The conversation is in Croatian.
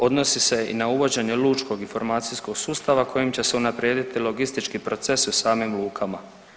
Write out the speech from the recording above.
Odnosi se i na uvođenje lučkog informacijskog sustava kojim će se unaprijediti logistički proces u samim lukama.